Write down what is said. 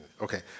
Okay